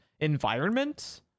environment